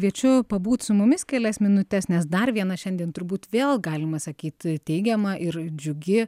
kviečiu pabūti su mumis kelias minutes nes dar viena šiandien turbūt vėl galima sakyt teigiama ir džiugi